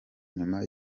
nyuma